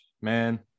Man